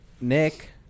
Nick